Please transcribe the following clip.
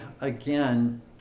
again